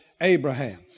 Abraham